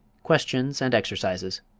questions and exercises